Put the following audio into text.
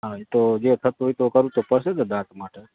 હા તો જે થતું હોય એ તો કરવું તો પડશે જ ને દાંતને માટે